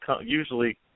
usually